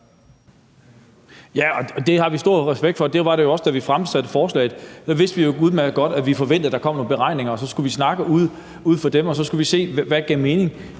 Det har vi stor respekt for, og da vi fremsatte forslaget, forventede vi jo også, at der ville komme nogle beregninger, og så skulle vi snakke ud fra dem, og så skulle vi se, hvad der gav mening.